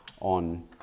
on